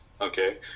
Okay